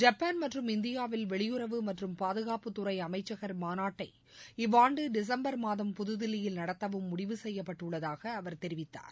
Japan மற்றும் இந்தியாவில் வெளியுறவு மற்றும் பாதுகாப்பு துறை அமைச்சகர் மாநாட்டை இவ்வாண்டு டிசம்பர் மாதம் புதுதில்லியில் நடத்தவும் முடிவு செய்யப்பட்டுள்ளதாக அவர் தெரிவித்தார்